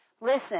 Listen